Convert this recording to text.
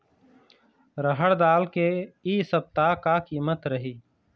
रहड़ दाल के इ सप्ता का कीमत रही?